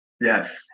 Yes